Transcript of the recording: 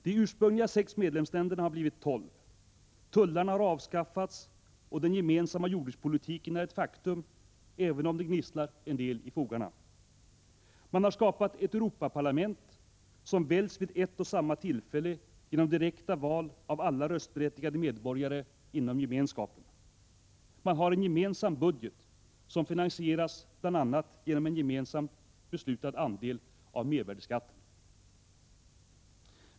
De ursprungliga sex medlemsländerna har blivit tolv, tullarna har avskaffats och den gemensamma jordbrukspolitiken är ett faktum, även om det gnisslar en del i fogarna. Man har skapat ett Europaparlament, som väljs vid ett och samma tillfälle genom direkta val av alla röstberättigade medborgare inom Gemenskapen. Man har en gemensam budget, som finansieras genom bl.a. en gemensamt beslutad andel av mervärdeskatten.